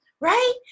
right